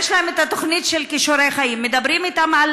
יש להם תוכנית של כישורי חיים, מדברים אתם על